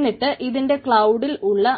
എന്നിട്ട് ഇതിന്റെ ക്ലൌഡിൽ ഉള്ള